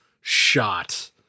shot